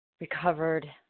recovered